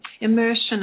immersion